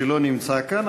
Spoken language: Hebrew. שלא נמצא כאן,